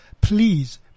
please